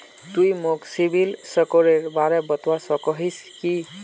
तुई मोक सिबिल स्कोरेर बारे बतवा सकोहिस कि?